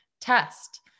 test